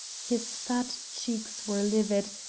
his fat cheeks were livid,